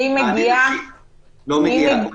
הכול